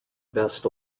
best